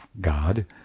God